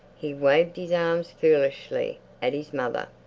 he waved his arms foolishly at his mother.